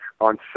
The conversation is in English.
on